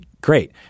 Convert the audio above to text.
great